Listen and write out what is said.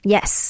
Yes